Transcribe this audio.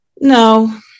No